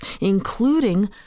including